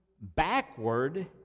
backward